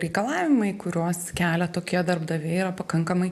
reikalavimai kuriuos kelia tokie darbdaviai yra pakankamai